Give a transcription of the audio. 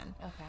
Okay